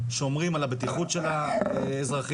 שומרים על הבטיחות של האזרחים,